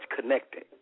connected